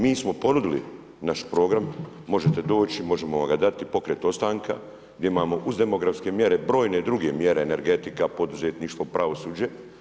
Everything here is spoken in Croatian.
Mi smo ponudili naš program, možete doći, možemo vam ga dati, Pokret ostanka, gdje imamo, uz demografske mjere, brojne druge mjere, energetika, poduzetništvo, pravosuđe.